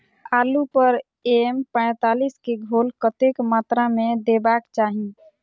आलु पर एम पैंतालीस केँ घोल कतेक मात्रा मे देबाक चाहि?